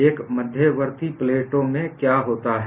एक मध्यवर्ती प्लेटों में क्या होता है